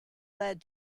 led